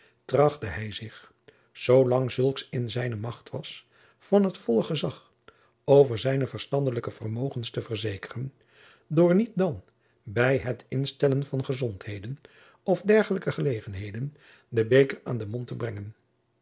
trachtte hij zich zoolang zulks in zijne macht was van het volle gezag over zijne verstandelijke vermogens te verzekeren door niet dan bij het instellen van gezondheden of derjacob van lennep de pleegzoon gelijke gelegenheden den beker aan den mond te brengen